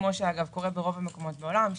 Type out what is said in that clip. כפי שקורה ברוב המקומות בעולם,